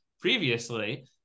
previously